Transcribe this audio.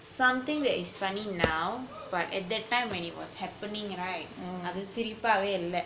something that is funny now but at that time when it was happening right அது சிரிப்பாவே இல்ல:athu sirippavae illa